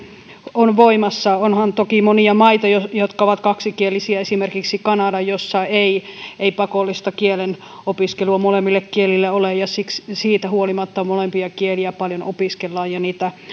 on onhan toki monia maita jotka ovat kaksikielisiä esimerkiksi kanada joissa ei ei pakollista kielen opiskelua molemmille kielille ole ja siitä huolimatta molempia kieliä paljon opiskellaan ja niitä